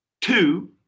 Two